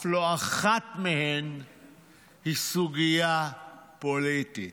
אף לא אחת מהן היא סוגיה פוליטית.